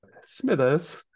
smithers